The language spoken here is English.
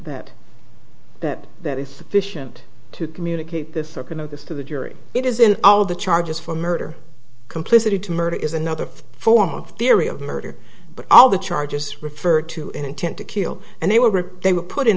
that that that is sufficient to communicate this or going to this to the jury it is in all the charges for murder complicity to murder is another form of theory of murder but all the charges refer to an intent to kill and they were they were put in